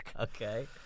Okay